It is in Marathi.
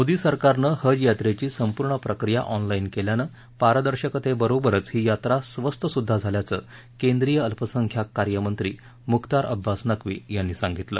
मोदी सरकारनं हज यात्रेची संपूर्ण प्रक्रिया ऑनलाईन केल्यानं पारदर्शकतेबरोबरच ही यात्रा स्वस्तसुद्धा झाल्याचं केंद्रीय अल्पसंख्याक कार्यमंत्री मुख्तार अब्बास नक्वी यांनी सांगितलं